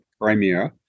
Crimea